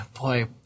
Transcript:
Boy